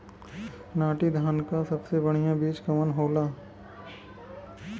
नाटी धान क सबसे बढ़िया बीज कवन होला?